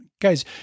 guys